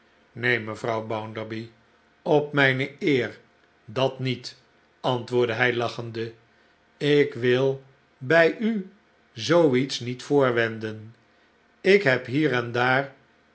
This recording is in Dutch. neen mevrouw bounderby op mijne eer dat niet antwoordde hij lachende ik wil bij u zoo iets niet voorwenden ik heb hier en daar